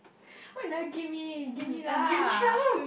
why you never give me give me lah